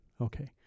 Okay